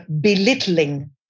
belittling